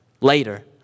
later